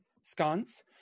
sconce